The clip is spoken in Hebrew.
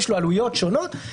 יש לו עלויות שונות,